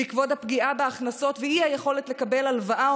בעקבות הפגיעה בהכנסות והאי-יכולת לקבל הלוואה או